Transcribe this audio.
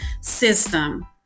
system